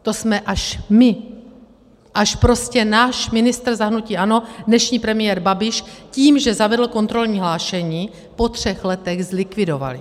To jsme až my, až prostě náš ministr za hnutí ANO, dnešní premiér Babiš, tím, že zavedl kontrolní hlášení, po třech letech zlikvidovali.